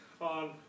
on